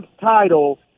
title